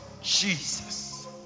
Jesus